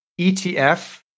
etf